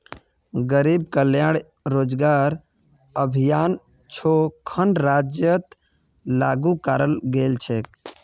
गरीब कल्याण रोजगार अभियान छो खन राज्यत लागू कराल गेल छेक